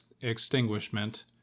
extinguishment